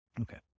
Okay